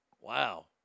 Wow